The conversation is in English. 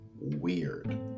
weird